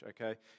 okay